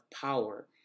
power